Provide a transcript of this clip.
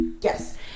Yes